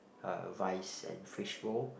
uh rice and fish roll